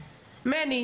מני,